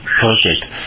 Perfect